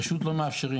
פשוט לא מאפשרים.